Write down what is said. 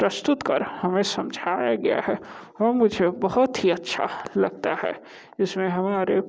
प्रस्तुत कर हमें समझाया गया है वह मुझे बहुत ही अच्छा लगता है इसमें हमारे